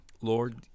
lord